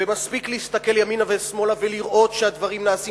ומספיק להסתכל ימינה ושמאלה ולראות שהדברים נעשים,